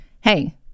Hey